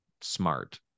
smart